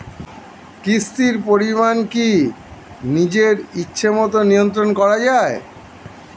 কিস্তির পরিমাণ কি নিজের ইচ্ছামত নিয়ন্ত্রণ করা যায়?